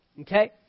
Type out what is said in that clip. Okay